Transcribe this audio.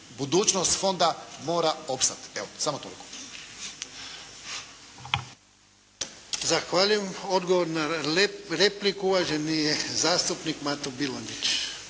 budućnost fonda mora opstati. Evo, samo toliko.